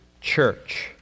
church